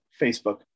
Facebook